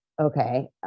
Okay